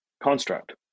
construct